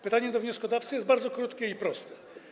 Pytanie do wnioskodawcy jest bardzo krótkie i proste: